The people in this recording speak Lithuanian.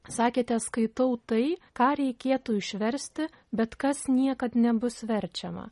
sakėte skaitau tai ką reikėtų išversti bet kas niekad nebus verčiama